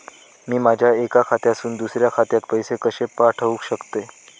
मी माझ्या एक्या खात्यासून दुसऱ्या खात्यात पैसे कशे पाठउक शकतय?